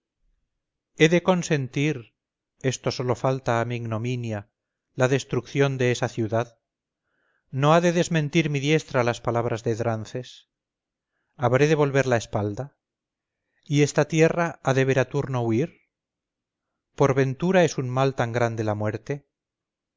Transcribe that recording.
teucros he de consentir esto solo falta a mi ignominia la destrucción de esa ciudad no ha de desmentir mi diestra las palabras de drances habré de volver la espalda y esta tierra ha de ver a turno huir por ventura es un mal tan grande la muerte